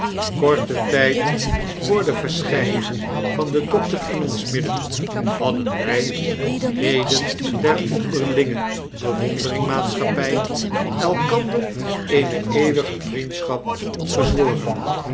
korten tijd voor de verschyning van den dokter in ons midden hadden wij leden der onderlinge bewondering-maatschappy elkander eene eeuwige vriendschap gezworen